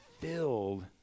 filled